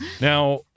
Now